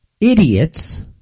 idiots